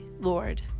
Lord